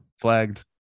Flagged